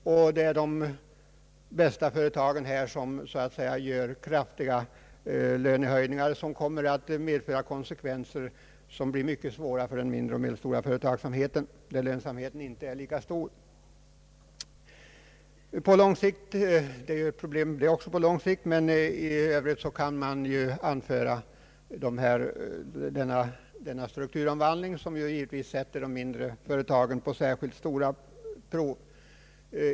Här är det de mest lönsamma företagen som ger kraf tiga lönehöjningar, vilket kommer att medföra besvärliga konsekvenser för den mindre och medelstora företagsamheten, där lönsamheten inte är lika stor. I övrigt är det strukturomvandlingen, som sätter de mindre företagen på särskilt stora prov.